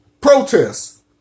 protests